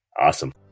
Awesome